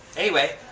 anyway,